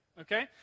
okay